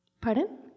Pardon